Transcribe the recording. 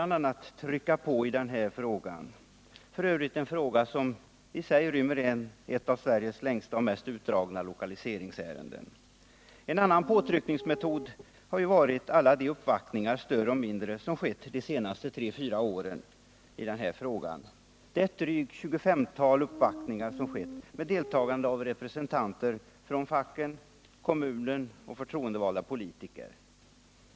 a. trycka på behandlingen av den här frågan — f. ö. en fråga som i sig rymmer ett av Sveriges längsta och mest utdragna lokaliseringsärenden. En annan påtryckningsmetod har varit alla de uppvaktningar — större och mindre — som företagits under de senaste tre fyra Nr 127 åren. Det rör sig om ett drygt 25-tal uppvaktningar med deltagande av representanter för facket, kommunen och politikerna.